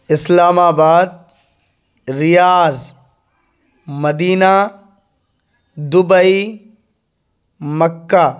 اسلام آباد Riyadh Medina Dubai مکہ